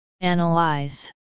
Analyze